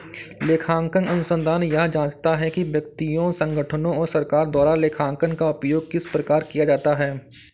लेखांकन अनुसंधान यह जाँचता है कि व्यक्तियों संगठनों और सरकार द्वारा लेखांकन का उपयोग किस प्रकार किया जाता है